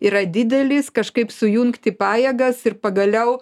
yra didelis kažkaip sujungti pajėgas ir pagaliau